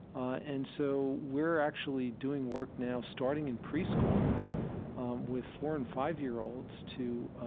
ah and so we're actually doing work now, starting in preschool with four and five-year-olds, to